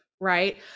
Right